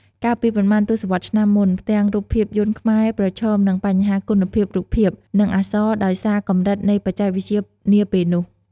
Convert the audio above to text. កាលពីប៉ុន្មានទសវត្សរ៍ឆ្នាំមុន ផ្ទាំងរូបភាពយន្តខ្មែរប្រឈមនឹងបញ្ហាគុណភាពរូបភាព និងអក្សរដោយសារកម្រិតនៃបច្ចេកវិទ្យានាពេលនោះ ។